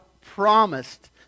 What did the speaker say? promised